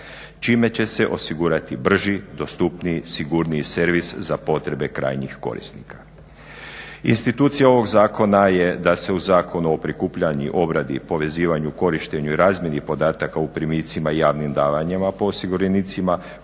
čime će se osigurati brži, dostupniji, sigurniji servis za potrebe krajnjih korisnika. Institucija ovog zakona je da se u zakonu prikupljanju, obradi i povezivanju, korištenju, razmjeni podataka u primicima i javnim davanjima po osiguranicima